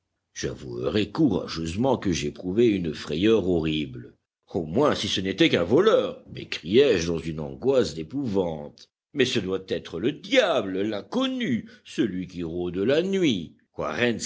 j'avouerai courageusement que j'éprouvai une frayeur horrible au moins si ce n'était qu'un voleur m'écriai-je dans une angoisse d'épouvante mais ce doit être le diable l'inconnu celui qui rôde la nuit quærens